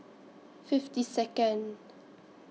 fifty Second